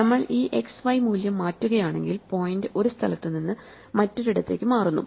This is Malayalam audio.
നമ്മൾ ഈ x y മൂല്യം മാറ്റുകയാണെങ്കിൽ പോയിന്റ് ഒരു സ്ഥലത്ത് നിന്ന് മറ്റൊരിടത്തേക്ക് മാറുന്നു